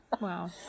Wow